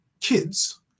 kids